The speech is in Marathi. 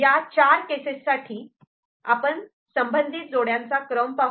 या चार केसेस साठी आपण संबंधित जोड्यांचा क्रम पाहू